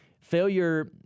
failure